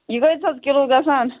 یہِ کۭتِس حظ کِلوٗ گژھان